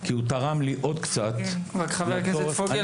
כי הוא תרם לי עוד קצת --- רק חבר הכנסת פוגל,